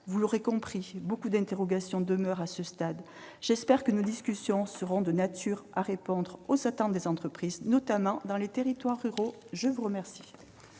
Vous l'aurez compris, beaucoup d'interrogations demeurent à ce stade. J'espère que nos discussions seront de nature à répondre aux attentes des entreprises, notamment dans les territoires ruraux. La parole